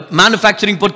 manufacturing